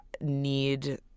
need